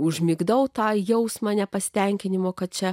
užmigdau tą jausmą nepasitenkinimo kad čia